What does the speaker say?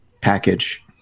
Package